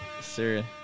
sir